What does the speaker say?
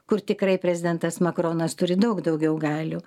kur tikrai prezidentas makronas turi daug daugiau galių